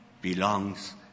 belongs